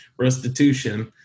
restitution